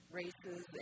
races